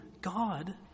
God